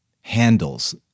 handles